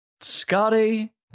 scotty